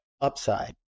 upside